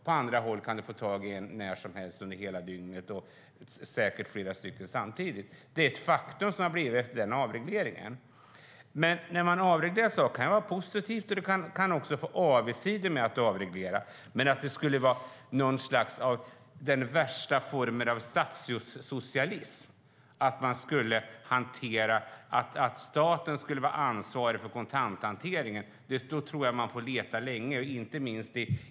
På andra håll kan du få tag i en när som helst under dygnet och säkert flera samtidigt. Detta är ett faktum efter avregleringen. Avreglering kan vara positivt men kan också medföra avigsidor. Men om man tror att man skulle finna den värsta formen av statssocialism om staten skulle vara ansvarig för kontanthanteringen i ett land tror jag att man skulle få leta länge.